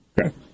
Okay